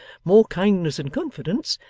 more kindness and confidence,